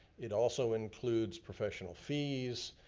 it also includes professional fees,